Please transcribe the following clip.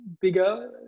bigger